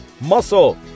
muscle